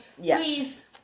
please